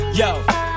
yo